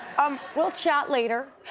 um we'll chat later.